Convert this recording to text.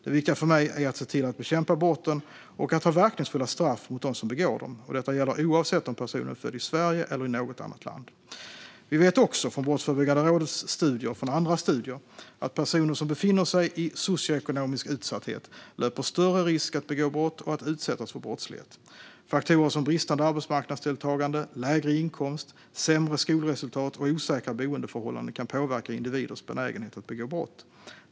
Det viktiga för mig är att se till att bekämpa brotten och att ha verkningsfulla straff mot dem som begår dem. Detta gäller oavsett om personen är född i Sverige eller i något annat land. Vi vet också, från Brottsförebyggande rådets studier och från andra studier, att personer som befinner sig i socioekonomisk utsatthet löper större risk att begå brott och att utsättas för brottslighet. Faktorer som bristande arbetsmarknadsdeltagande, lägre inkomst, sämre skolresultat och osäkra boendeförhållanden kan påverka individers benägenhet att begå brott.